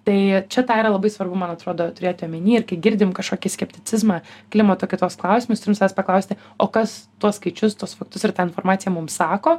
tai čia tą yra labai svarbu man atrodo turėti omeny irgi girdim kažkokį skepticizmą klimato kaitos klausimais turim savęs paklausti o kas tuos skaičius tuos faktus ir tą informaciją mums sako